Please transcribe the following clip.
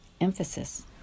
emphasis